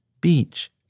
Beach